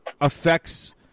affects